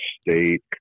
State